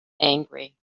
angry